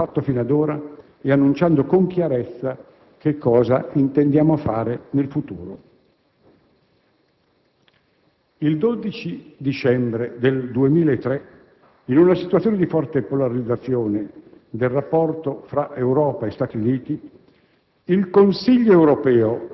ricordando quanto abbiamo fatto fin ad ora e annunciando con chiarezza cosa intendiamo fare nel futuro. Il 12 dicembre del 2003, in una situazione di forte polarizzazione del rapporto tra Europa e Stati Uniti,